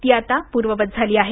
ती आता पूर्ववत झाली आहे